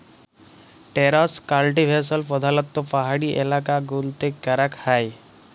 terrace cultivation প্রধালত্ব পাহাড়ি এলাকা গুলতে ক্যরাক হ্যয়